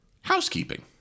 housekeeping